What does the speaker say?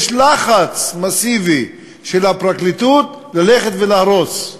יש לחץ מסיבי של הפרקליטות ללכת ולהרוס.